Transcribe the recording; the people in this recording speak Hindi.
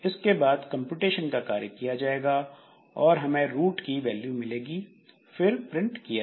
इसके बाद कंप्यूटेशन का कार्य किया जाएगा और हमें रूट की वैल्यू मिलेगी फिर प्रिंट किया जाएगा